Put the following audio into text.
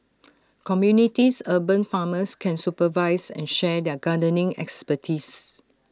communities urban farmers can supervise and share their gardening expertise